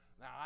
now